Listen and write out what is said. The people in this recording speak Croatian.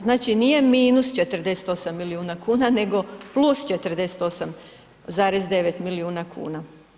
Znači nije -48 milijuna kuna nego +48,9 milijuna kuna.